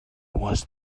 was